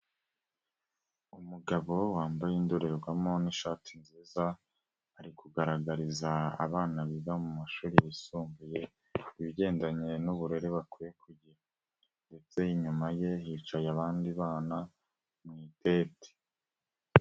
Umugabo wambaye indorerwamo n'ishati nziza, ari kugaragariza abana biga mu mashuri yisumbuye, ibigendanye n'uburere bakwiye kugira ndetse inyuma ye hicaye abandi bana mu itente.